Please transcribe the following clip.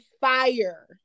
fire